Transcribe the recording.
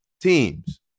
teams